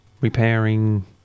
repairing